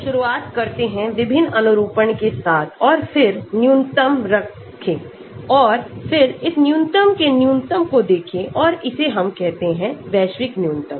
तो शुरुआत करते हैंविभिन्न अनुरूपण के साथ और फिर न्यूनतम रखें और फिर इस न्यूनतम के न्यूनतम को देखें और इसे हम कहते हैं वैश्विक न्यूनतम